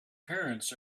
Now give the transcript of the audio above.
parents